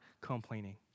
complaining